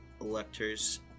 electors